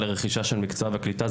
לרכישת מקצוע ולקליטה,